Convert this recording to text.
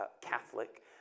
Catholic